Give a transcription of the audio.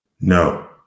No